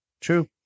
True